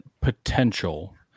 potential